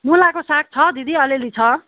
मुलाको साग छ दिदी अलिअलि छ